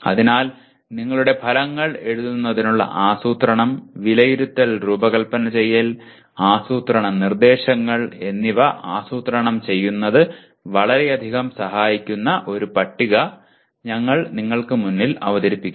അതിനാൽ നിങ്ങളുടെ ഫലങ്ങൾ എഴുതുന്നതിനുള്ള ആസൂത്രണം വിലയിരുത്തൽ രൂപകൽപ്പന ചെയ്യൽ ആസൂത്രണ നിർദ്ദേശങ്ങൾ എന്നിവ ആസൂത്രണം ചെയ്യുന്നതിന് വളരെയധികം സഹായിക്കുന്ന ഒരു പട്ടിക ഞങ്ങൾ നിങ്ങൾക്ക് മുന്നിൽ അവതരിപ്പിക്കുന്നു